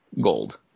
gold